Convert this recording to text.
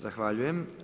Zahvaljujem.